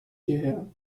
hierher